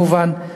כמובן,